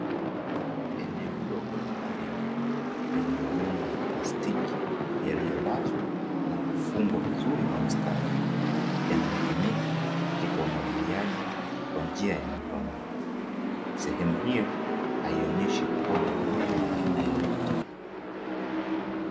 Eneo dogo la ardhi lenye mabomba ya plastiki yaliyolazwa na kufungwa vizuri kwa mstari, yanayotumika katika umwagiliaji kwa njia ya matone. Sehemu hiyo haionyeshi kuwa na mimea ya aina yoyote.